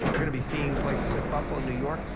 they're going to be seeing places like buffalo, new york,